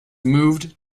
moved